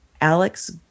Alex